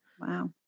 Wow